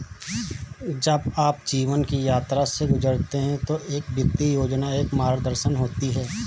जब आप जीवन की यात्रा से गुजरते हैं तो एक वित्तीय योजना एक मार्गदर्शन होती है